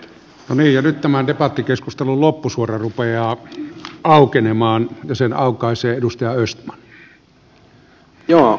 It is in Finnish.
no niin ja nyt tämän debattikeskustelun loppusuora rupeaa aukenemaan ja sen aukaisee edustaja östman